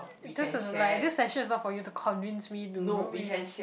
this is like this session is not for you to convince me to room with